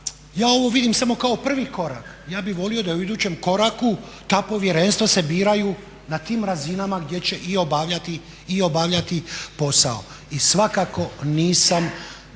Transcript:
ja ovo vidim samo kao prvi korak, ja bih volio da u idućem koraku ta povjerenstva se biraju na tim razinama gdje će i obavljati posao. I svakako nisam